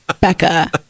Becca